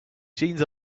jeans